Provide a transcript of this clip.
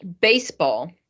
baseball